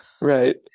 Right